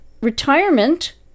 retirement